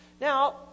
Now